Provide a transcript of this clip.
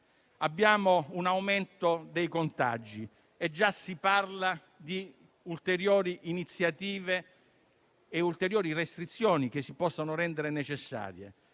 Abbiamo un aumento dei contagi e già si parla di ulteriori iniziative e restrizioni che si possono rendere necessarie.